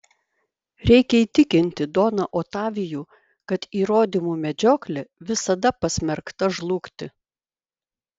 reikia įtikinti doną otavijų kad įrodymų medžioklė visada pasmerkta žlugti